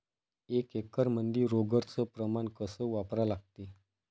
एक एकरमंदी रोगर च प्रमान कस वापरा लागते?